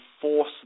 force